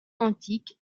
antiques